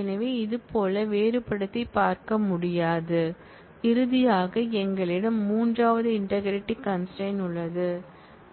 எனவே இதேபோல் வேறுபடுத்திப் பார்க்க முடியாது இறுதியாக எங்களிடம் மூன்றாவது இன்டெக்ரிட்டி கன்ஸ்ட்ரெயின்ட் உள்ளது